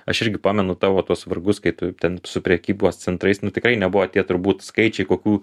aš irgi pamenu tavo tuos vargus kai tu ten su prekybos centrais nu tikrai nebuvo tie turbūt skaičiai kokių